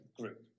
group